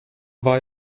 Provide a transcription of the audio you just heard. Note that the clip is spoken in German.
war